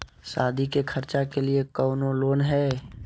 सादी के खर्चा के लिए कौनो लोन है?